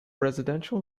residential